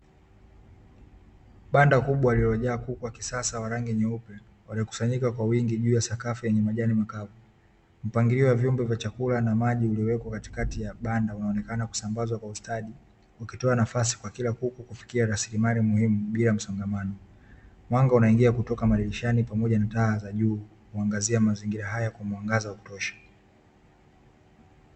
Banda kubwa lililojaa kuku wa kisasa wa rangi nyeupe, waliokusanyika kwa wingi juu ya sakafu yenye majani makavu, mpangilio wa vyombo vya chakula na maji uliwekwa katikati ya banda unaonekana kusambazwa kwa ustadi, ukitoa nafasi kwa kila kuku kufikia rasilimali muhimu bila msongamano, mwanga unaingia kutoka madirishani pamoja na taa za juu huangazia mazingira haya kwa mwangaza wa kutosha.